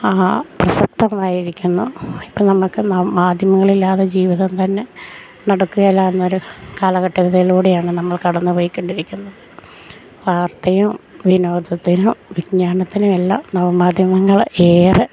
പ്രസക്തമായിരിക്കുന്നു ഇപ്പം നമുക്ക് നവമാധ്യമങ്ങളില്ലാതെ ജീവിതം തന്നെ നടക്കുകേല എന്നൊരു കാലഘട്ടത്തിലൂടെയാണ് നമ്മൾ കടന്ന് പോയിക്കൊണ്ടിരിക്കുന്നത് വാർത്തയും വിനോദത്തിനും വിജ്ഞാനത്തിനും എല്ലാം നവമാധ്യമങ്ങൾ ഏറെ